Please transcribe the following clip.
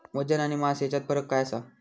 वजन आणि मास हेच्यात फरक काय आसा?